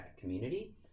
community